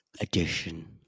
edition